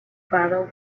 fatal